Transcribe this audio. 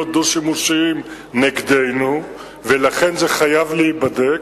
דו-שימושיים נגדנו ולכן זה חייב להיבדק.